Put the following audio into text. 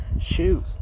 shoot